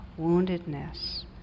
woundedness